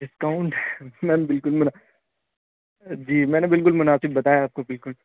discount ma'am بالکل منا جی میں نے بالکل مناسب بتایا ہے آپ کو بالکل